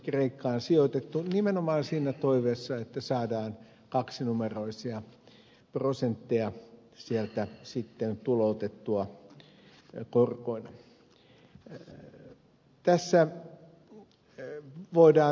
kreikkaan sijoitettuna nimenomaan siinä toiveessa että saadaan kaksinumeroisia prosentteja sieltä tuloutettua korkoina